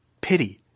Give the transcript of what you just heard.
pity